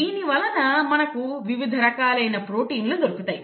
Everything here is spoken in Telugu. దీని వలన మనకు వివిధ రకాలైన ప్రోటీన్లు దొరుకుతాయి